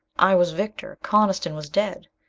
i was victor. coniston was dead.